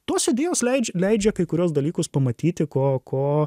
tos idėjos leidžia leidžia kai kuriuos dalykus pamatyti ko ko